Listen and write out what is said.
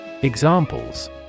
Examples